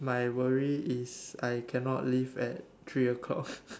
my worry is I cannot leave at three o-clock